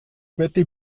beti